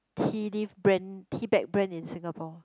tea leave brand tea bag brand in Singapore